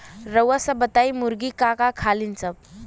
रउआ सभ बताई मुर्गी का का खालीन सब?